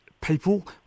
people